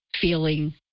feeling